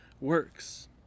works